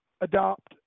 adopt